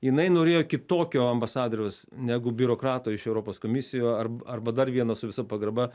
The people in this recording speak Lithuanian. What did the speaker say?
jinai norėjo kitokio ambasadoriaus negu biurokrato iš europos komisijų ar arba dar vieno su visa pagarba